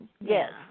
Yes